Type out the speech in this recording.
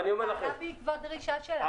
זה עלה בעקבות דרישה שלנו.